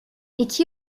i̇ki